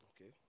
Okay